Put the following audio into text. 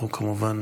אנחנו כמובן